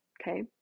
okay